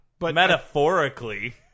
Metaphorically